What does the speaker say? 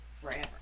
forever